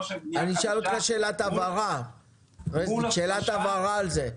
של --- אשאל אותך שאלת הבהרה על זה.